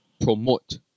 promote